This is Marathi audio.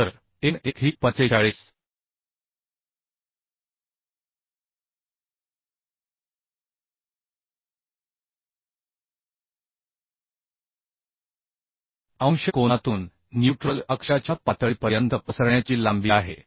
तर n1 ही 45 अंश कोनातून न्यूट्रल अक्षाच्या पातळीपर्यंत पसरण्याची लांबी आहे